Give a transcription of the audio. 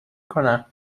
کنم